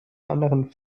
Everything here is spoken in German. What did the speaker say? anderen